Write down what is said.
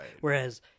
Whereas